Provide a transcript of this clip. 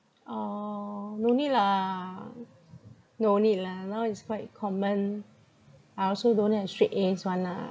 oh no need lah no need lah now is quite common I also don't have straight As [one] ah